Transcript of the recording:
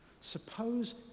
Suppose